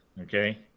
okay